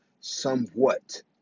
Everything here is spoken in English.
somewhat